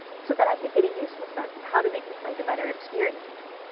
so that i could get a useful sense of how to make the site a better experience.